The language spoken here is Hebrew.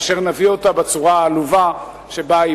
מאשר שנביא אותה בצורה העלובה שבה היא